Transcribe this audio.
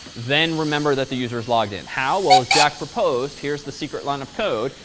then remember that the user's logged in. how well as jack proposed, here's the secret line of codes,